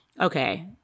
Okay